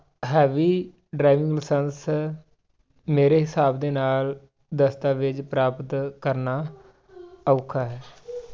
heavy driving licence ਮੇਰੇ ਹਿਸਾਬ ਦੇ ਨਾਲ ਦਸਤਾਵੇਜ਼ ਪ੍ਰਾਪਤ ਕਰਨਾ ਔਖਾ ਹੈ